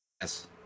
Yes